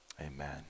Amen